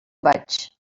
vaig